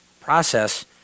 process